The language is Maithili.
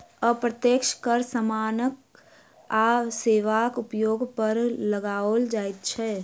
अप्रत्यक्ष कर सामान आ सेवाक उपयोग पर लगाओल जाइत छै